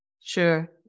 Sure